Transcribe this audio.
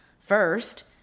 first